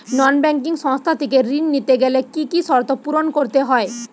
নন banking সংস্থা থেকে ঋণ নিতে গেলে কি কি শর্ত পূরণ করতে হয়?